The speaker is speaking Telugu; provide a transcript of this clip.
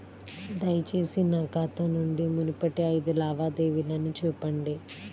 దయచేసి నా ఖాతా నుండి మునుపటి ఐదు లావాదేవీలను చూపండి